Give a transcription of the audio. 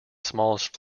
smallest